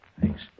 Thanks